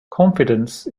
confidence